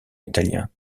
italien